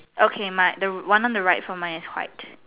okay mine the one on the right so mine is white